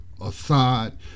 Assad